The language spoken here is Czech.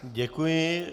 Děkuji.